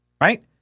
right